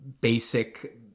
basic